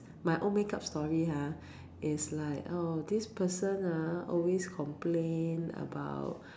my own make-up story ah is like oh this person ah always complain about